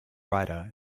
writer